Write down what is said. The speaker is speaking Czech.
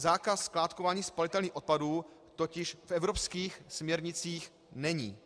Zákaz skládkování spalitelných odpadů totiž v evropských směrnicích není.